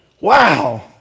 Wow